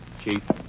Chief